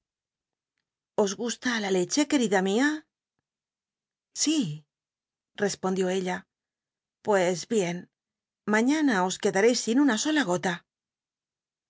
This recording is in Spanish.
os gusta la leche querida mia si respondió ella pues bien maíiana os quedateis sin una sola gola